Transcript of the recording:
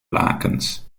lakens